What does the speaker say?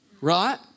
right